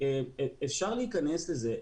אפשר להיכנס לזה.